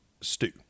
stew